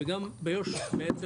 וגם ביו"ש בעצם,